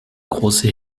große